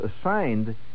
assigned